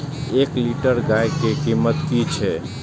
एक लीटर गाय के कीमत कि छै?